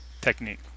technique